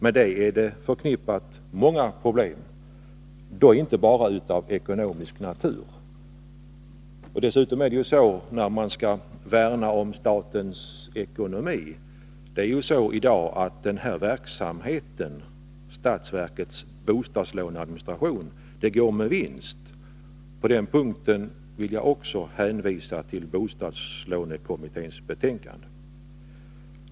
Med detta är förknippade många problem, inte bara av ekonomisk natur. Dessutom vill jag med tanke på att man i dag skall värna om statens ekonomi peka på att statsverkets bostadslåneorganisation går med vinst. Också på den punkten vill jag hänvisa till bostadslånekommitténs betänkande.